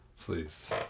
please